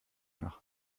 nach